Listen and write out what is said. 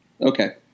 Okay